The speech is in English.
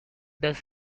does